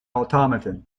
automaton